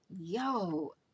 yo